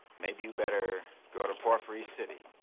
maybe you better go to palfrie city